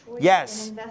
Yes